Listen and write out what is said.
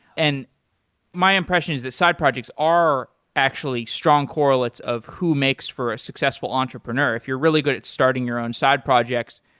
and my impression is that side projects are actually strong correlates of who makes for a successful entrepreneur. if you're really good at starting your own side projects,